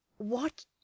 What